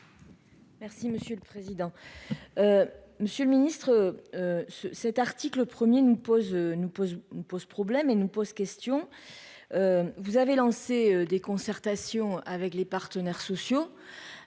Merci monsieur le président, Monsieur le Ministre, ce cet article 1er nous nous pose on pose problème et nous pose question, vous avez lancé des concertations avec les partenaires sociaux,